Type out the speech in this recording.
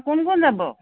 কোন কোন যাব